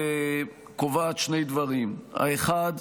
קובעת שני דברים: האחד,